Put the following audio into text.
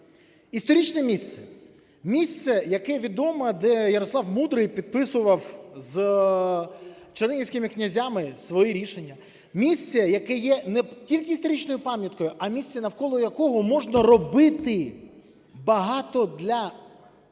Історичне місце, місце, яке відоме, де Ярослав Мудрий підписував з чернігівськими князями свої рішення, місце, яке є не тільки історичною пам'яткою, а місце, навколо якого можна робити багато для